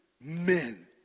men